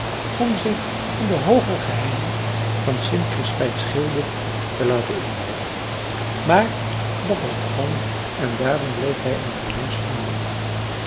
om zich in de hooger geheimen van st crispijn's gilde te laten inwijden maar dat was het geval niet en daarom bleef hij een gering